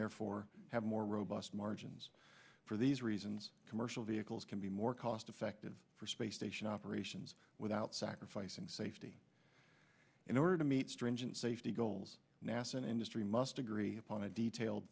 therefore have more robust margins for these reasons commercial vehicles can be more cost effective for space station operations without sacrificing safety in order to meet stringent safety goals nasa and industry must agree upon a detailed